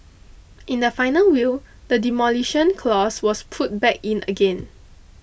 in the final will the Demolition Clause was put back in again